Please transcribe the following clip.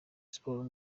sports